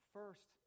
First